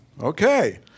okay